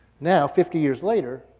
now, fifty years later,